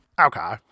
Okay